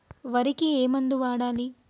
వరికి ఏ మందు వాడాలి?